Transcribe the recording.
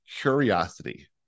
curiosity